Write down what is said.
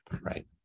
right